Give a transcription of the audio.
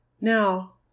Now